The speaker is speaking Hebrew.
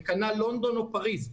וכנ"ל לונדון או פריז.